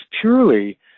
purely